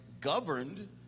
governed